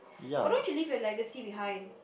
why don't you live your legacy behind